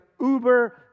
uber